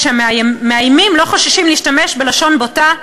כשהמאיימים לא חוששים להשתמש בלשון בוטה,